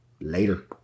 Later